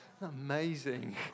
Amazing